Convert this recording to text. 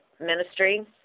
ministry